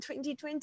2020